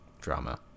drama